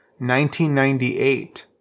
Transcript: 1998